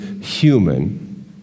human